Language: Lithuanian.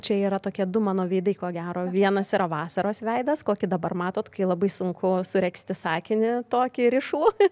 čia yra tokie du mano veidai ko gero vienas yra vasaros veidas kokį dabar matote kai labai sunku suregzti sakinį tokį rišlų